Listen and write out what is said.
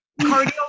cardio